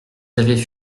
avaient